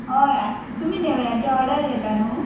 हय तुमी नेवऱ्यांचे ऑडर घेता न्हय